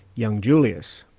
young julius,